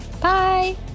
Bye